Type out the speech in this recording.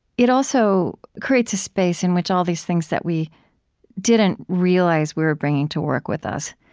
it also creates a space in which all these things that we didn't realize we were bringing to work with us